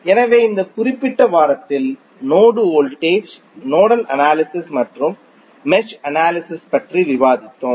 எனவே இந்த குறிப்பிட்ட வாரத்தில் நோடு வோல்டேஜ் நோடல் அனாலிஸிஸ் மற்றும் மெஷ் அனாலிஸிஸ் பற்றி விவாதித்தோம்